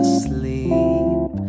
sleep